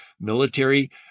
military